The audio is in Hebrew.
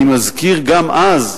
אני מזכיר: גם אז,